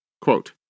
Quote